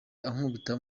ankubita